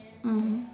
mmhmm